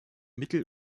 mittel